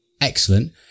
Excellent